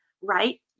right